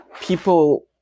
people